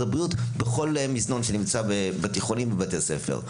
הבריאות בכל מזנון שנמצא בתיכונים ובבתי ספר.